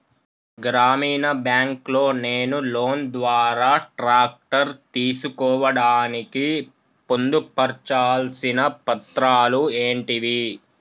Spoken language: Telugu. గ్రామీణ బ్యాంక్ లో నేను లోన్ ద్వారా ట్రాక్టర్ తీసుకోవడానికి పొందు పర్చాల్సిన పత్రాలు ఏంటివి?